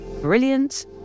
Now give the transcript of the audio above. brilliant